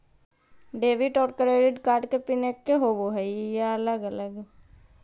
Debit और credit card के pin एकही होव हइ या अलग अलग?